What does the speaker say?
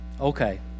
Okay